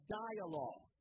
dialogue